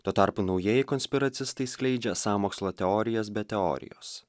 tuo tarpu naujieji konspiracistai skleidžia sąmokslo teorijas be teorijos